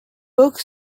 book